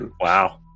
Wow